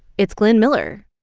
it's glenn miller